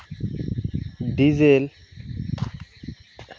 diesel